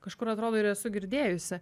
kažkur atrodo ir esu girdėjusi